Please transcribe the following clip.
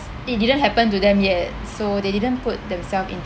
it didn't happen to them yet so they didn't put themselves